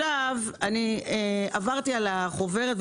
עברתי על החוברת,